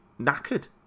knackered